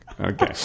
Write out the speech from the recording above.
Okay